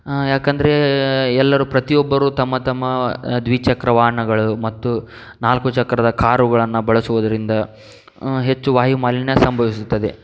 ಯಾಕೆಂದರೆ ಎಲ್ಲಾರು ಪ್ರತಿಯೊಬ್ಬರು ತಮ್ಮ ತಮ್ಮ ದ್ವಿಚಕ್ರ ವಾಹನಗಳು ಮತ್ತು ನಾಲ್ಕು ಚಕ್ರದ ಕಾರುಗಳನ್ನು ಬಳಸುವುದರಿಂದ ಹೆಚ್ಚು ವಾಯುಮಾಲಿನ್ಯ ಸಂಭವಿಸುತ್ತದೆ